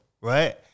right